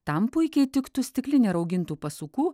tam puikiai tiktų stiklinė raugintų pasukų